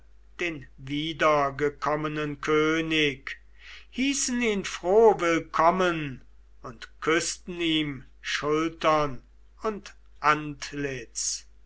den wiedergekommenen könig hießen ihn froh willkommen und küßten ihm schultern und antlitz